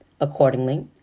Accordingly